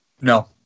No